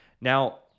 Now